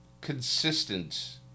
consistent